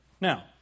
Now